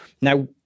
Now